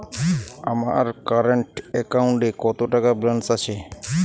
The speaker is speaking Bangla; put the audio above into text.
আমার কারেন্ট অ্যাকাউন্টে কত টাকা ব্যালেন্স আছে?